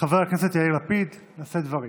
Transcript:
חבר הכנסת יאיר לפיד לשאת דברים.